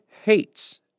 hates